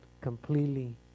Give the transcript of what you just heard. completely